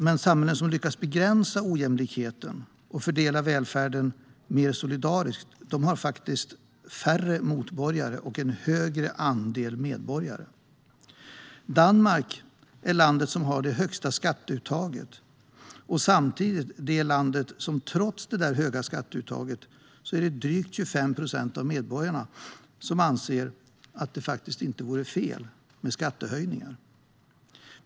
Men samhällen som lyckas begränsa ojämlikheten och fördela välfärden mer solidariskt har faktiskt färre "motborgare" och en större andel medborgare. Danmark är det land som har det högsta skatteuttaget och är samtidigt det land där drygt 25 procent av medborgarna, trots detta höga skatteuttag, anser att det faktiskt inte vore fel med skattehöjningar.